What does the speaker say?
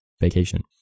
vacation